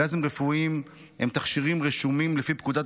גזים רפואיים הם תכשירים רשומים לפי פקודת